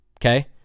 okay